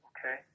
Okay